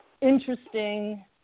interesting